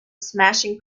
smashing